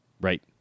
Right